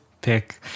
pick